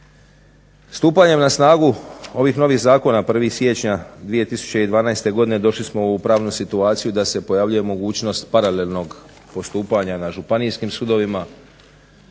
Stupanjem na snagu ovih novih zakona 1. siječnja 2012. godine došli smo u pravnu situaciju da se pojavljuje mogućnost paralelnog postupanja na županijskim sudovima